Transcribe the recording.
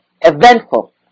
eventful